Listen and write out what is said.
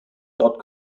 dot